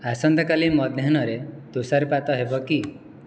ଆସନ୍ତାକାଲି ମଧ୍ୟାହ୍ନରେ ତୁଷାରପାତ ହେବ କି